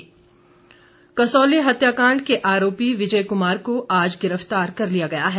गिरफतारी कसौली हत्याकांड के आरोपी विजय कुमार को आज गिरफ्तार कर लिया गया है